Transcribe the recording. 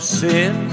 sin